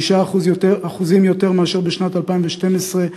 5% יותר מאשר בשנת 2012,